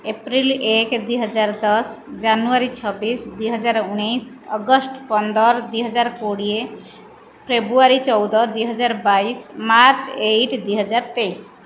April ଏକ ଦୁଇ ହଜାର ଦଶ ଜାନୁଆରୀ ଛବିଶ ଦୁଇ ହଜାର ଉଣେଇଶ ଅଗଷ୍ଟ ପନ୍ଦର ଦୁଇ ହଜାର କୋଡ଼ିଏ ଫେବୃଆରୀ ଚଉଦ ଦୁଇ ହଜାର ବାଇଶ ମାର୍ଚ୍ଚ ଏଇଟ ଦୁଇ ହଜାର ତେଇଶ